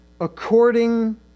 according